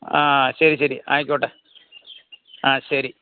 ആ ശരി ശരി ആയിക്കോട്ടെ ആ ശരി